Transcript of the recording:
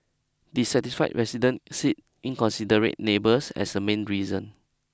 dissatisfied residents sit inconsiderate neighbours as a main reason